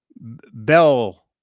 Bell